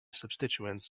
substituents